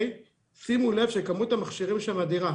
שימו לב שכמות המכשירים שם אדירה.